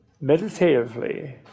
meditatively